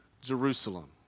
Jerusalem